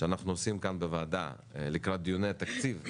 שאנחנו עושים כאן בוועדה לקראת דיוני התקציב,